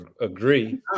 agree